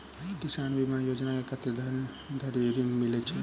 किसान बीमा योजना मे कत्ते धरि ऋण मिलय छै?